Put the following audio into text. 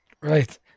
Right